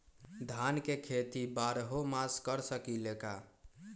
धान के खेती बारहों मास कर सकीले का?